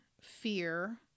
fear